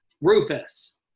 Rufus